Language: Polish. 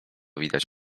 widać